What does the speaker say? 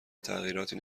تغییراتی